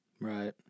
Right